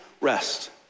rest